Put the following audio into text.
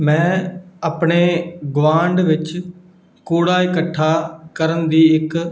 ਮੈਂ ਆਪਣੇ ਗੁਆਂਢ ਵਿੱਚ ਕੂੜਾ ਇਕੱਠਾ ਕਰਨ ਦੀ ਇੱਕ